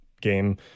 game